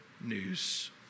news